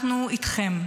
אנחנו איתכם.